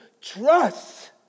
Trust